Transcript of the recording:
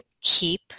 keep